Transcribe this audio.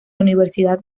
universidad